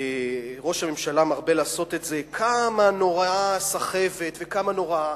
ראש הממשלה מרבה לעשות את זה: כמה נוראה הסחבת וכמה נוראה.